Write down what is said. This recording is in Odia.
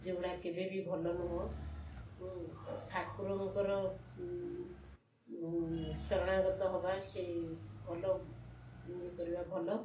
ଯେଉଁଡ଼ା କେବେବି ଭଲ ନୁହଁ ମୁଁ ଠାକୁରଙ୍କର ଶରଣାଗତ ହବା ସେଇ ଭଲ ଇଏ କରିବା ଭଲ